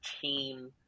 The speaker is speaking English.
team